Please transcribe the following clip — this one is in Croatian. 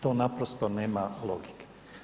To naprosto nema logike.